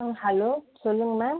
ம் ஹலோ சொல்லுங்கள் மேம்